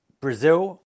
Brazil